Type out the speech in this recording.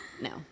No